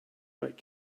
what